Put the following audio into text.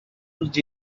used